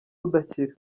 udakira